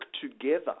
together